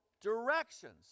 directions